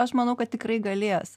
aš manau kad tikrai galės